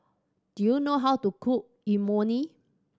do you know how to cook Imoni